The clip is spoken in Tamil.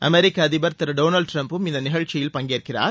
அமெிக்க அதிபர் திரு டொனால்டு ட்டிரம்பும் இந்த நிகழ்ச்சியில் பங்கேற்கிறார்